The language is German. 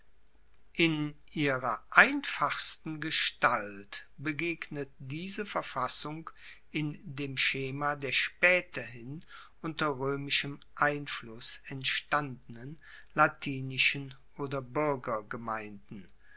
in ihrer einfachsten gestalt begegnet diese verfassung in dem schema der spaeterhin unter roemischem einfluss entstandenen latinischen oder